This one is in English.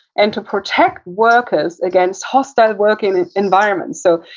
and to protect workers against hostile working environments so,